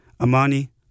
Amani